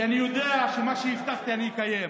כי אני יודע שמה שהבטחתי אני אקיים,